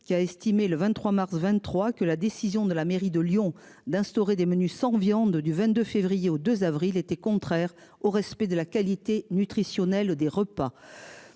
qui a estimé le 23 mars 23 que la décision de la mairie de Lyon d'instaurer des menus sans viande du 22 février au 2 avril était contraire au respect de la qualité nutritionnelle des repas.